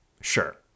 Sure